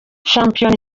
shampiyona